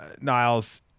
Niles